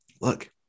Look